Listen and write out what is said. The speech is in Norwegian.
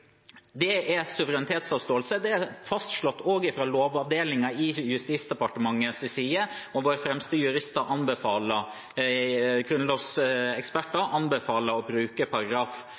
Det er suverenitetsavståelse. Det er fastslått også av Lovavdelingen i Justisdepartementet, og våre fremste grunnlovseksperter anbefaler å bruke